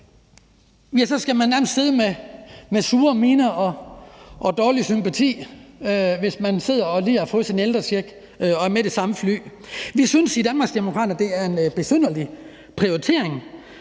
skal de nærmest sidde med sure miner og uden at få sympati, hvis der er nogen, som lige har fået sin ældrecheck og er med det samme fly. Vi synes i Danmarksdemokraterne, at det er en besynderlig prioritering